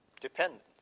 Dependence